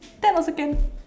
that was a game